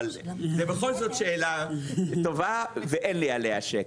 אבל זה בכל זאת שאלה טובה ואין לי עליה שקף.